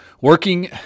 working